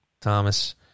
Thomas